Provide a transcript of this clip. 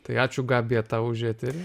tai ačiū gabija tau už eterį